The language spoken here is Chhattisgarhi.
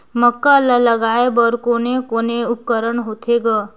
मक्का ला लगाय बर कोने कोने उपकरण होथे ग?